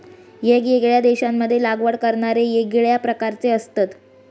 येगयेगळ्या देशांमध्ये लागवड करणारे येगळ्या प्रकारचे असतत